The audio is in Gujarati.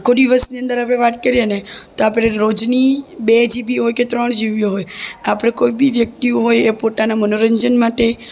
આખો દિવસની અંદર આપણે વાત કરીએ ને તો આપરે રોજની બે જીબી હોય કે ત્રણ જીબી હોય આપણે કોઈ બી વ્યક્તિ હોય એ પોતાના મનોરંજન માટે